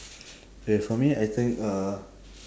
K for me I think uh